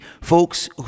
folks